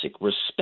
respect